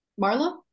Marla